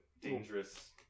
dangerous